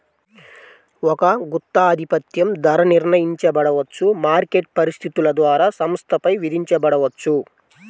ఒక గుత్తాధిపత్యం ధర నిర్ణయించబడవచ్చు, మార్కెట్ పరిస్థితుల ద్వారా సంస్థపై విధించబడవచ్చు